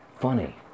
funny